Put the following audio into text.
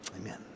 Amen